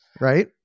Right